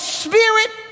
spirit